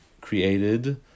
created